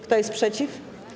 Kto jest przeciw?